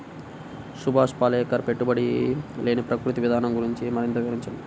సుభాష్ పాలేకర్ పెట్టుబడి లేని ప్రకృతి విధానం గురించి మరింత వివరించండి